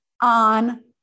on